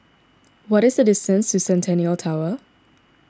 what is the distance to Centennial Tower